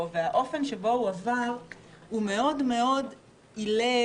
והאופן שבו הוא עבר הוא מאוד מאוד עילג,